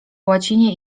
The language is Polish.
łacinie